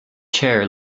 chair